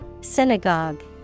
Synagogue